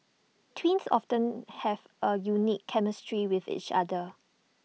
twins often have A unique chemistry with each other